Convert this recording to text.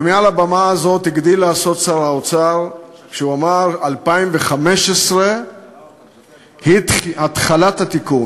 ומעל הבמה הזאת הגדיל לעשות שר האוצר כשאמר: 2015 היא התחלת התיקון.